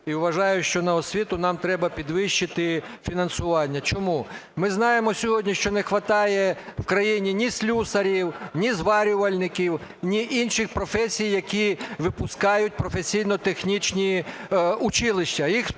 і вважаю, що на освіту нам треба підвищити фінансування. Чому? Ми знаємо сьогодні, що не хватає в країні ні слюсарів, ні зварювальників, ні інших професій, які випускають професійно-технічні училища,